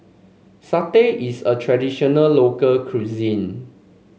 satay is a traditional local cuisine